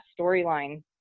storyline